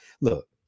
Look